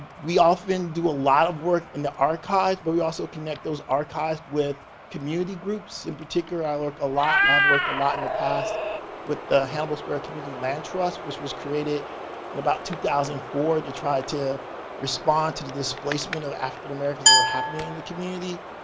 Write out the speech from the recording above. we often do a lot of work in the archives but we also connect those archives with community groups in particular, i have worked a lot in the past with the handle square community land trust which was created in about two thousand and four. to try to respond to the displacement of african-americans that were happening in the community.